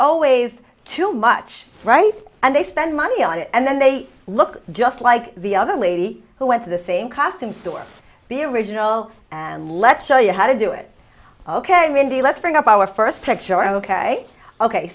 always too much right and they spend money on it and then they look just like the other lady who went to the same costume store the original and let's show you how to do it ok wendy let's bring up our first